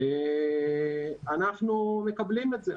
אנחנו מקבלים את זה.